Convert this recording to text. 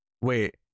wait